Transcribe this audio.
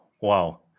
Wow